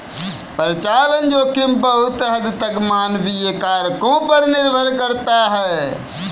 परिचालन जोखिम बहुत हद तक मानवीय कारकों पर निर्भर करता है